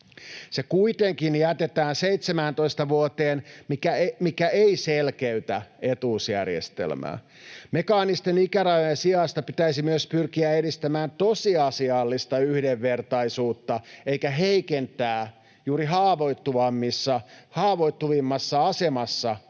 Se kuitenkin jätetään 17 vuoteen, mikä ei selkeytä etuusjärjestelmää. Mekaanisten ikärajojen sijasta pitäisi myös pyrkiä edistämään tosiasiallista yhdenvertaisuutta eikä heikentämään juuri haavoittuvimmassa asemassa olevien